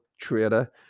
trader